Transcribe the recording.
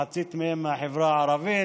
מחצית מהם מהחברה הערבית.